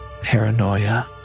paranoia